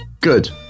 Good